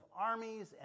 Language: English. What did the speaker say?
armies